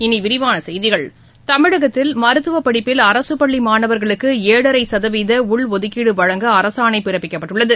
இனி விரிவான செய்திகள் தமிழகத்தில் மருத்துவ படிப்பில் அரசுப் பள்ளி மாணவர்களுக்கு ஏழரை சதவீத உள் ஒதுக்கீடு வழங்க அரசாணை பிறப்பிக்கப்பட்டுள்ளது